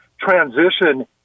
transition